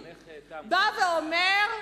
הוא אומר: